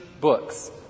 books